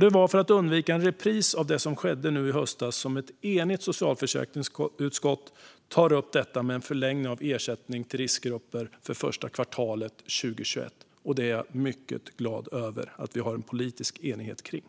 Det är för att undvika en repris av det som skedde nu i höstas som ett enigt socialförsäkringsutskott tar upp detta med en förlängning av ersättningen till riskgrupper för första kvartalet 2021. Det är jag mycket glad över att vi har en politisk enighet om.